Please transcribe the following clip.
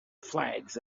flags